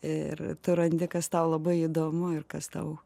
ir tu randi kas tau labai įdomu ir kas tau